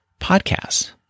podcasts